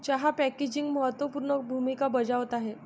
चहा पॅकेजिंग महत्त्व पूर्ण भूमिका बजावत आहे